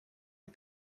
les